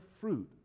fruit